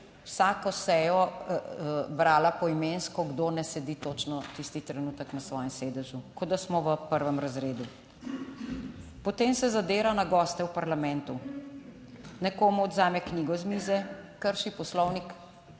vsako sejo brala poimensko kdo ne sedi točno tisti trenutek na svojem sedežu, kot da smo v prvem razredu. Potem se zadira na goste v parlamentu, nekomu odvzame knjigo z mize, krši Poslovnik